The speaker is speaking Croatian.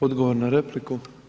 Odgovor na repliku?